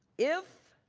if